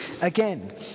again